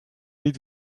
niet